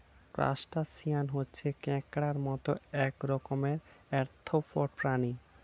crustacean হচ্ছে কাঁকড়ার মত এক রকমের আর্থ্রোপড প্রাণী